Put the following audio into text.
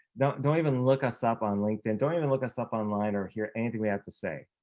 don't don't even look us up on linkedin, don't even look us up online, or hear anything we have to say.